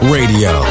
Radio